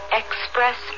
express